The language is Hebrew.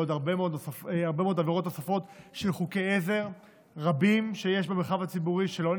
לעוד הרבה מאוד עבירות נוספות על חוקי עזר רבים שיש במרחב הציבורי ולא